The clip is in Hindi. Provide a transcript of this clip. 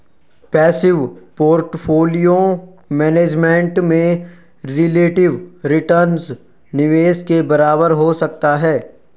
पैसिव पोर्टफोलियो मैनेजमेंट में रिलेटिव रिटर्न निवेश के बराबर हो सकता है